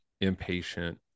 impatient